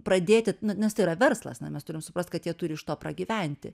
pradėti na nes tai yra verslas na mes turim suprast kad jie turi iš to pragyventi